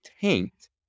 tanked